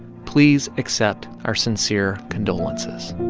please accept our sincere condolences